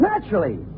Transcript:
Naturally